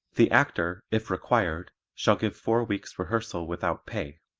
the actor, if required, shall give four weeks' rehearsal without pay